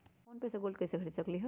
Phone पे से gold कईसे खरीद सकीले?